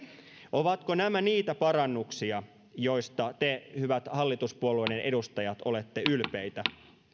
ovatko nämä niitä parannuksia joista te hyvät hallituspuolueiden edustajat olette ylpeitä